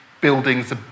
buildings